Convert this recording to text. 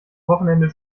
wochenende